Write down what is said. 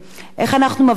זכויות עובדים,